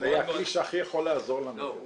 -- זה הכלי שהכי יכול לעזור לנו.